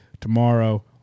tomorrow